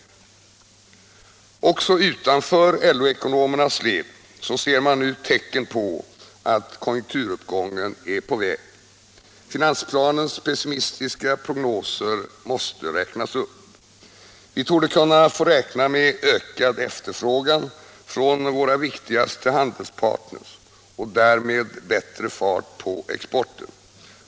Också utanför LO-ekonomernas led ser man nu tecken på att konjunkturuppgången är på väg. Finansplanens pessimistiska prognoser måste räknas upp. Vi torde kunna få räkna med ökad efterfrågan från våra viktigaste handelspartners och därmed bättre fart på exporten.